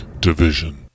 Division